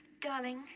Darling